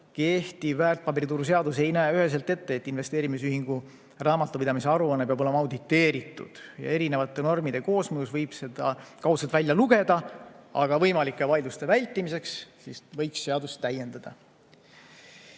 kehtiv väärtpaberituru seadus ei näe üheselt ette, et investeerimisühingu raamatupidamise aruanne peab olema auditeeritud. Erinevate normide koosmõjus võib seda kaudselt välja lugeda, aga võimalike vaidluste vältimiseks võiks seadust täiendada.